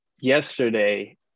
yesterday